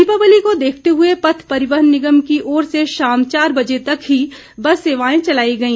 दीपावली को देखते हुए पथ परिवहन निगम की ओर से शाम चार बजे तक ही बस सेवाए चलाई गई